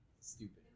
stupid